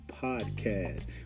podcast